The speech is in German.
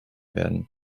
werden